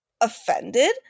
offended